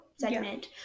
segment